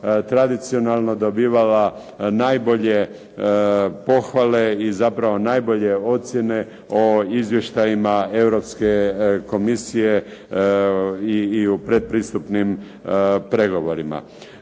tradicionalno dobivala najbolje pohvale i zapravo najbolje ocjene o izvještajima Europske komisije i u pretpristupnim pregovorima.